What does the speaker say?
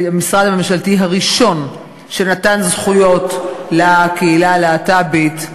במשרד הממשלתי הראשון שנתן זכויות לקהילה הלהט"בית.